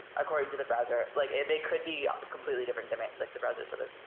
according to the browser. like they could be completely different domains. like the browser sort of